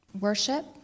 worship